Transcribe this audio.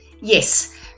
Yes